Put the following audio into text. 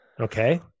Okay